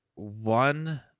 One